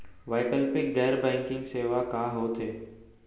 वैकल्पिक गैर बैंकिंग सेवा का होथे?